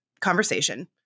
conversation